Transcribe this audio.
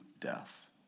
death